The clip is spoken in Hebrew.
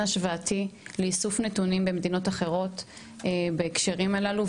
השוואתי לאיסוף נתונים במדינות אחרות בהקשרים הללו.